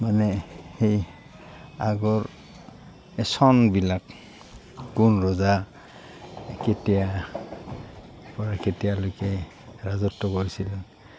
মানে সেই আগৰ এই চনবিলাক কোন ৰজা কেতিয়াৰপৰা কেতিয়ালৈকে ৰাজত্ব কৰিছিল